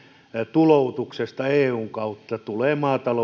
tuloutuksesta eun kautta tulee